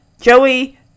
Joey